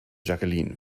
jacqueline